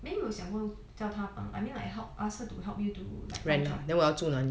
then 你有想过叫他帮 I mean like help ask her to help you to find job